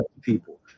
people